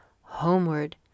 Homeward